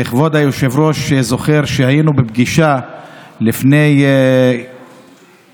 וכבוד היושב-ראש זוכר שהיינו בפגישה לפני כמה